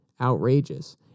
outrageous